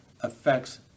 affects